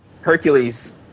Hercules